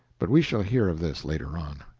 but we shall hear of this later on.